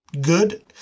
good